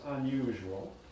unusual